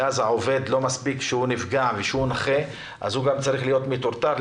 ואז לא מספיק שהעובד נפגע ושהוא נכה הוא גם צריך להיות מטורטר,